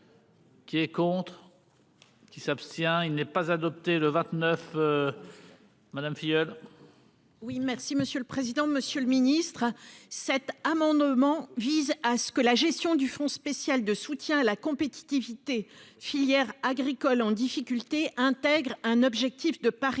Qui est contre. Qui s'abstient. Il n'est pas adopté le 29. Madame Filleul. Oui, merci Monsieur. Le président, Monsieur le Ministre. Cet amendement vise à ce que la gestion du fonds spécial de soutien à la compétitivité filières agricoles en difficultés intègre un objectif de parité,